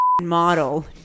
model